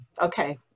Okay